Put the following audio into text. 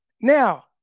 Now